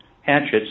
hatchets